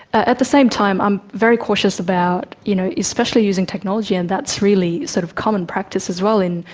at the same time i'm very cautious about, you know, especially using technology, and that's really sort of common practice as well in,